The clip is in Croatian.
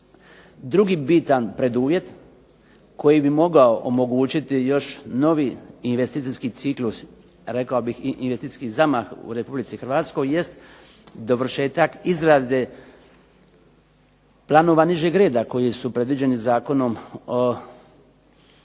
Drugi bitan preduvjet koji bi mogao omogućiti još novi investicijski ciklus, rekao bih investicijski zamah u Republici Hrvatskoj jest dovršetak izrade planova nižeg reda koji su predviđeni Zakonom o